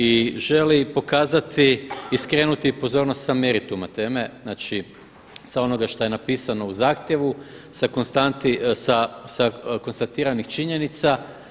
I želi pokazati i skrenuti pozornost sa merituma teme, znači sa onoga što je napisano u zahtjevu sa konstatiranih činjenica.